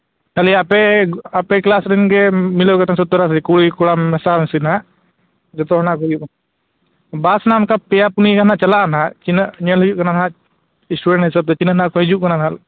ᱠᱷᱟᱹᱞᱤ ᱟᱯᱮ ᱟᱯᱮ ᱠᱞᱟᱥ ᱨᱮᱱ ᱜᱮ ᱢᱤᱞᱟᱹᱣ ᱠᱟᱛᱮᱫ ᱥᱳᱛᱛᱚᱨ ᱟᱹᱥᱤ ᱠᱩᱲᱤᱼᱠᱚᱲᱟ ᱢᱮᱥᱟ ᱢᱮᱥᱤ ᱦᱟᱸᱜ ᱡᱚᱛᱚ ᱠᱚ ᱦᱩᱭᱩᱜᱼᱟ ᱵᱟᱥ ᱚᱱᱠᱟ ᱯᱮᱭᱟ ᱯᱩᱱᱭᱟᱹ ᱜᱟᱱ ᱦᱟᱸᱜ ᱪᱟᱞᱟᱜᱼᱟ ᱦᱟᱸᱜ ᱛᱤᱱᱟᱹᱜ ᱧᱮᱞ ᱦᱩᱭᱩᱜ ᱠᱟᱱᱟ ᱦᱟᱸᱜ ᱥᱴᱩᱰᱮᱱᱴ ᱦᱤᱥᱟᱹᱵ ᱛᱮ ᱛᱤᱱᱟᱹᱜ ᱦᱟᱸᱜ ᱠᱚ ᱦᱤᱡᱩᱜ ᱠᱟᱱᱟ ᱦᱟᱸᱜ